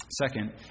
second